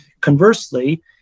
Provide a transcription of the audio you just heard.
Conversely